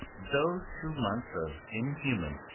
those two months of inhuman,